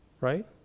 right